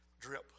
drip